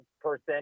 person